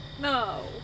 No